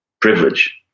privilege